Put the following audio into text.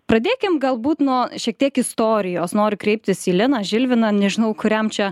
pradėkim galbūt nuo šiek tiek istorijos noriu kreiptis į liną žilviną nežinau kuriam čia